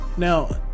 Now